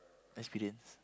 experience